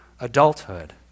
adulthood